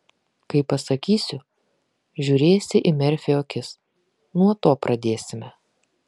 kai pasakysiu žiūrėsi į merfio akis nuo to pradėsime